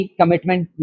commitment